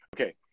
okay